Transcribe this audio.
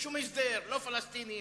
לשום הסדר לא פלסטינים,